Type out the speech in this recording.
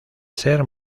ser